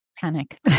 panic